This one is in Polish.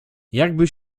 jakby